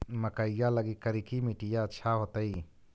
मकईया लगी करिकी मिट्टियां अच्छा होतई